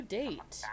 date